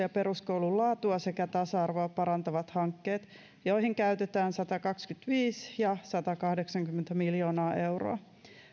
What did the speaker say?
ja peruskoulun laatua sekä tasa arvoa parantavat hankkeet joihin käytetään satakaksikymmentäviisi ja satakahdeksankymmentä miljoonaa euroa